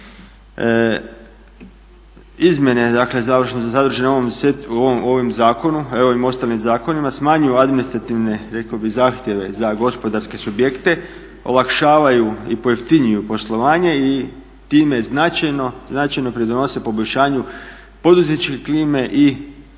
sadržane u ovom zakonu i ovim ostalim zakonima smanjuju administrativne, rekao bih zahtjeve za gospodarske subjekte, olakšavaju i pojeftinjuju poslovanje i time značajno pridonose poboljšanju poduzetničke klime i